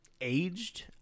aged